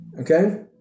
okay